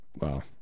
Wow